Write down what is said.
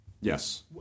Yes